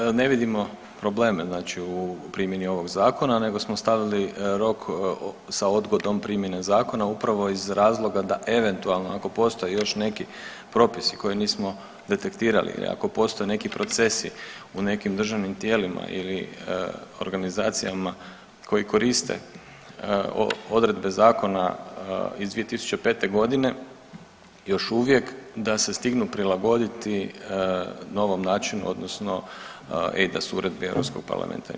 Dakle, ne vidimo problem u primjeni u ovog zakona nego smo stavili rok sa odgodom primjene zakona upravo iz razloga da eventualno ako postoji još neki propisi koje nismo detektirali i ako postoje neki procesi u nekim državnim tijelima ili organizacijama koji koriste odredbe zakona iz 2005.g. još uvijek da se stignu prilagoditi novom načinu odnosno e da su uredbe Europskog parlamenta i Vijeća.